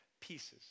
pieces